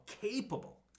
capable